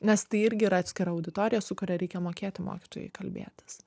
nes tai irgi yra atskira auditorija su kuria reikia mokėti mokytojui kalbėtis